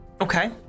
Okay